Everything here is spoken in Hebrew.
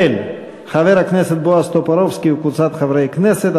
של חבר הכנסת בועז טופורובסקי וקבוצת חברי הכנסת.